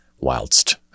Whilst